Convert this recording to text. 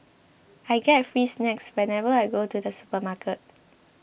I get free snacks whenever I go to the supermarket